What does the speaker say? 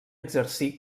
exercí